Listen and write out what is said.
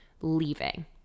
leaving